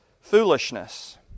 foolishness